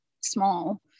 small